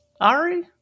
Ari